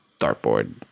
dartboard